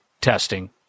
testing